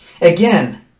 Again